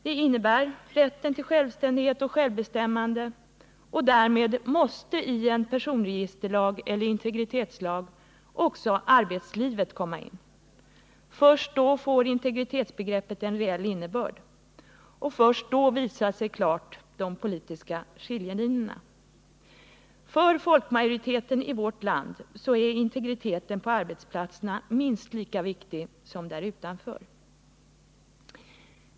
Det innebär rätten till självständighet och medbestämmande, och därmed måste i en personregisterlag eller integritetslag också arbetslivet komma in. Först då får integritetsbegreppet en reell innebörd — först då visar sig klart de politiska skiljelinjerna. För folkmajoriteten i vårt land är integriteten på arbetsplatserna minst lika viktig som där utanför.